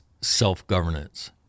Self-Governance